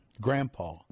grandpa